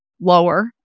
lower